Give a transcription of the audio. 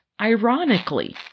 ironically